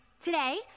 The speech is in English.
Today